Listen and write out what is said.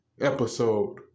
episode